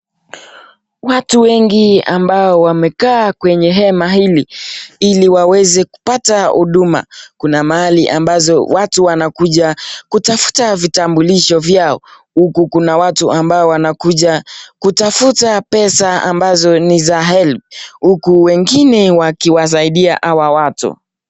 Watu wengi ambao wamekaa kwenye hema hili ili waweze kupata huduma . Kuna mali ambazo watu wanakuja kutafuta vitambulisho vyao huku kuna watu ambao wanakuja kutafuta pesa ambazo ni za helb huku wengine wakiwasaidia hawa watu.